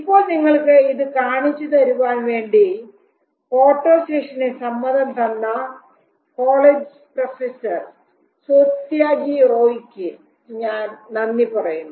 ഇപ്പോൾ നിങ്ങൾക്ക് ഇത് കാണിച്ചു തരുവാൻ വേണ്ടി ഫോട്ടോ സെഷന് സമ്മതം തന്ന കോളേജ് പ്രൊഫസർ സോത്യാകി റോയ്ക്ക് ഞാൻ നന്ദി പറയുന്നു